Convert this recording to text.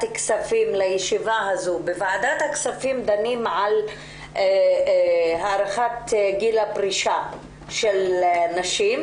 הכספים שבה דנים על הארכת גיל הפרישה של נשים,